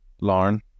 Lauren